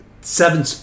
seven